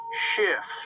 shift